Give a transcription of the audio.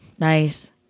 Nice